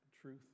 truth